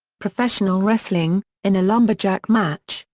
professional wrestling in a lumberjack match,